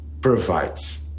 provides